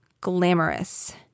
glamorous